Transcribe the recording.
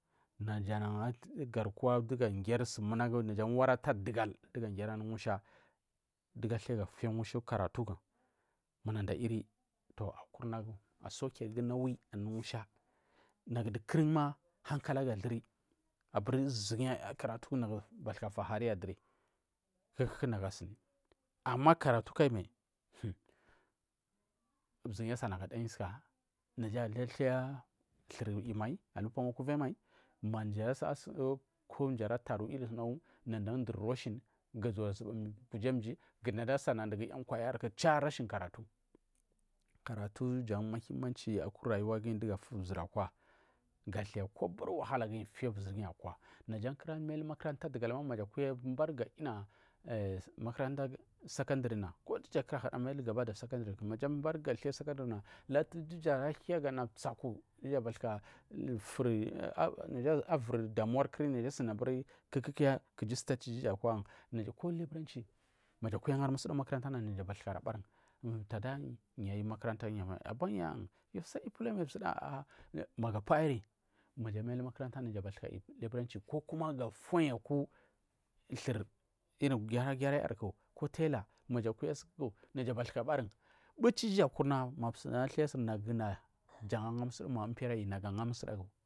Najana ngarkuwa warata ɗugol dugu agiri anu musha dugu athaiga fuya musha ukaratuku manada ayiri ganagu asaukirgu nawi dugul anu musha, nagudukurma hankalagu athuri zurguyi akaratiku nagu bathuka tahariya duri, kukuku nagu asuni ama karatuku ayimai hun zurguyi asana dan iska naga aithumai upo tsonga kuvai mai, ko mamji atane nadayan mji rushing kunada asinda duguyan kwaya cha rashin karatu, karatu yan mahimanchi aku rayuwa dugu afuzur akwa, guathai kobari wahala gu afiya gunfyi akwa naja kuna mai alu makaranta dugalma naja kuma secanduri kuguja kurahuda mai gaba kuma secandari maja bariza muliya secandarina duja aranda misaku, duga bathika firi aturi damuwa kuri kukuja naja asuni stage ku dugari a naja ku leburanchi maza kuragari musudaguri makudana tada nayu makaranta abnya yu, ama saiyi upolayin zuda magu apayarin maja amayi alumakunta maja bathuka mul leburanchi ko kuma gaafuyi aku thur ari gira gira yarku ko taila naja bathuka barun mbichi duja akuna, ma zuna athasu naguna jan anga musagu ma mi anyi.